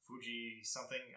Fuji-something